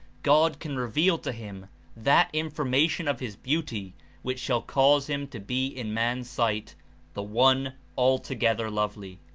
god can reveal to him that information of his beauty which shall cause him to be in man's sight the one altogether lovely.